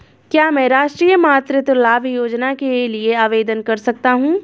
क्या मैं राष्ट्रीय मातृत्व लाभ योजना के लिए आवेदन कर सकता हूँ?